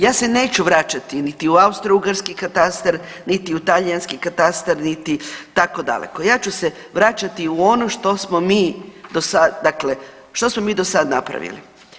Ja se neću vraćati niti u austrougarski katastar, niti u talijanski katastar niti tako daleko, ja ću se vraćati u ono što smo mi do sad, što smo mi dosad napravili.